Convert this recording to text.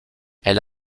elle